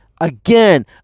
again